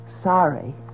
Sorry